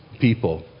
people